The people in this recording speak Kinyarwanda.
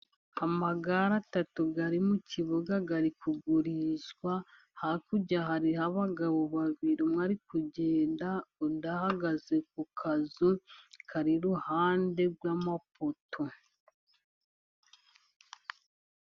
Amagare atatu ari mu kibuga ari kugurishwa, hakurya hariho abagabo babiri, umwe ari kugenda, undi ahagaze ku kazu kari iruhande rw'amapoto.